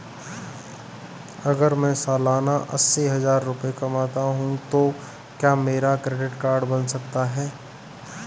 अगर मैं सालाना अस्सी हज़ार रुपये कमाता हूं तो क्या मेरा क्रेडिट कार्ड बन सकता है?